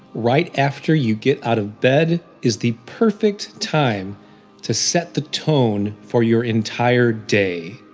right after you get out of bed, is the perfect time to set the tone for your entire day.